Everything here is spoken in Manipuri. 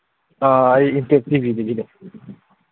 ꯑꯥ ꯑꯩ ꯏꯝꯄꯦꯛ ꯇꯤ ꯚꯤꯗꯒꯤꯅꯦ